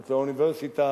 כותלי האוניברסיטה.